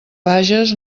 vages